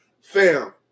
fam